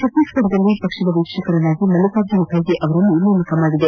ಛತ್ತೀಸ್ಘಡದ ಪಕ್ಷದ ವೀಕ್ಷಕರನ್ನಾಗಿ ಮಲ್ಲಿಕಾರ್ಜುನ ಖರ್ಗೆ ಅವರನ್ನು ನೇಮಕ ಮಾಡಿದೆ